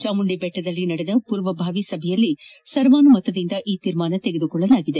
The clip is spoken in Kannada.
ಚಾಮುಂಡಿ ದೆಟ್ಟದಲ್ಲಿ ನಡೆದ ಪೂರ್ವಭಾವಿ ಸಭೆಯಲ್ಲಿ ಸರ್ವಾನುಮತದಿಂದ ಈ ತೀರ್ಮಾನ ತೆಗೆದುಕೊಳ್ಳಲಾಗಿದೆ